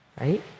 right